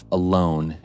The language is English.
alone